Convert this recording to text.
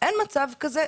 אין מצב כזה.